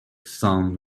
sun